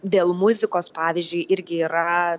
dėl muzikos pavyzdžiui irgi yra